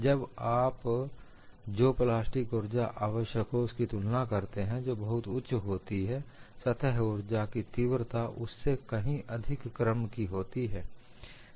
जब आप जो प्लास्टिक ऊर्जा आवश्यक हो उसकी तुलना करते हैं जो बहुत उच्च होती सतह ऊर्जा की तीव्रता उससे कहीं अधिक क्रम की होती है